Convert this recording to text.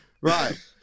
Right